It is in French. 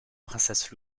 princesse